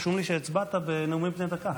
רשום לי שהצבעת בנאומים בני דקה.